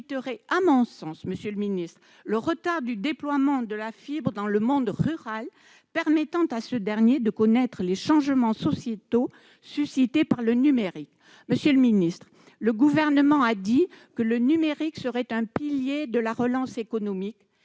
À mon sens, cela limiterait le retard du déploiement de la fibre dans le monde rural et permettrait à ce dernier de connaître les changements sociétaux suscités par le numérique. Monsieur le ministre, le Gouvernement a dit que le numérique serait un pilier de la relance économique,